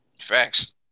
Facts